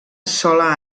sola